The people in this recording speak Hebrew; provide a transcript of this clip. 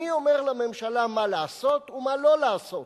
אני אומר לממשלה מה לעשות ומה לא לעשות.